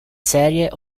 serie